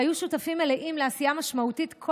שהיו שותפים מלאים לעשייה משמעותית כל